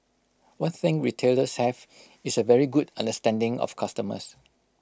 one thing retailers have is A very good understanding of customers